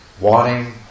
wanting